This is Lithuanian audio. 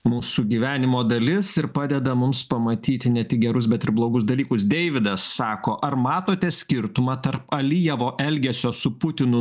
mūsų gyvenimo dalis ir padeda mums pamatyti ne tik gerus bet ir blogus dalykus deividas sako ar matote skirtumą tarp alijevo elgesio su putinu